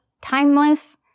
timeless